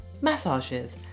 massages